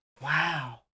Wow